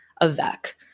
Avec